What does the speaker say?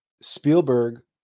Spielberg